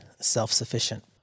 self-sufficient